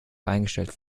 eingestellt